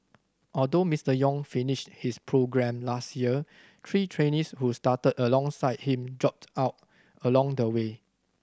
although Mister Yong finished his programme last year three trainees who started alongside him dropped out along the way